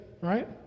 right